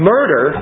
Murder